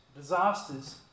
disasters